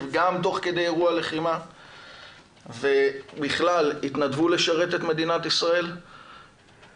גם תוך כדי אירוע הלחימה ובכלל התנדבו לשרת את מדינת ישראל ויש